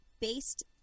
based